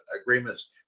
agreements